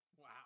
Wow